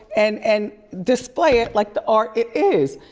and and display it like the art it is.